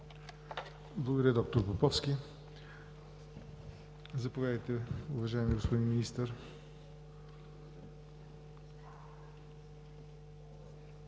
Благодаря, доктор Поповски. Заповядайте, уважаеми господин Министър.